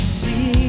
see